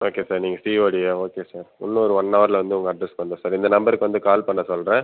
okay sir நீங்கள் சிஓடியா okay sir இன்னும் ஒரு ஒன் அவரில் வந்து உங்கள் அட்ரஸுக்கு வந்துடும் சார் இந்த நம்பருக்கு வந்து கால் பண்ண சொல்கிறேன்